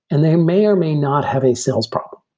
and they may or may not have a sales problem.